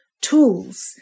tools